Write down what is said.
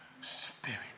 Spirit